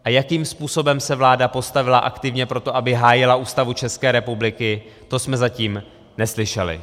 A jakým způsobem se vláda postavila aktivně pro to, aby hájila Ústavu České republiky, to jsme zatím neslyšeli.